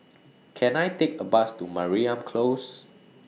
Can I Take A Bus to Mariam Close